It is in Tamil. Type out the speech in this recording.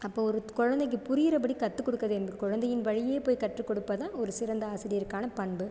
அப்போ ஒரு குழந்தைக்கு புரிகிறப்படி கற்றுக்குடுக்க குழந்தையின் வழியே போய் கற்றுக்கொடுப்பதுதான் ஒரு சிறந்த ஆசிரியருக்கான பண்பு